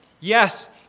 Yes